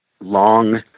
long